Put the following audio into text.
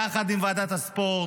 יחד עם ועדת הספורט,